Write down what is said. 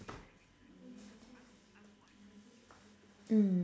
mm